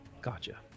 gotcha